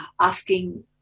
asking